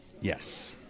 Yes